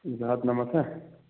زٕ ہتھ نمتھ ہا